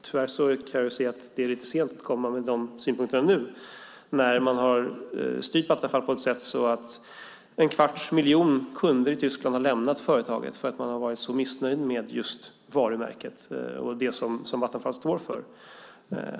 Tyvärr kan jag se att det är lite sent att komma med dessa synpunkter nu när man har styrt Vattenfall på ett sådant sätt att en kvarts miljon kunder i Tyskland har lämnat företaget för att de har varit så missnöjda med just varumärket och det som Vattenfall står för.